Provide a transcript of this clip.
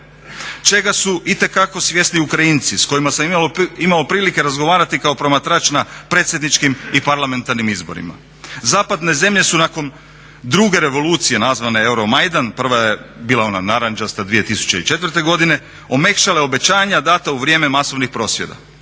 čega su itekako svjesni Ukrajinci s kojima sam imao prilike razgovarati kao promatrač na predsjedničkim i parlamentarnim izborima. Zapadne zemlje su nakon druge revolucije nazvane euromajdan, prva je bila ona narančasta 2004. godine omekšale obećanja dana u vrijeme masovnih prosvjeda.